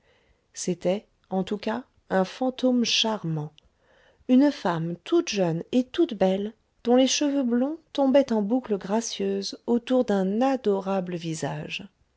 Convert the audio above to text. c'était en tous cas un fantôme charmant une femme toute jeune et toute belle dont les cheveux blonds tombaient en boucles gracieuses autour d'un adorable visage